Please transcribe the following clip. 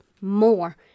more